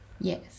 Yes